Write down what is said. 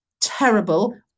terrible